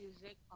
music